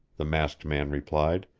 the masked man replied,